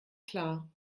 klar